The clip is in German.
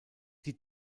die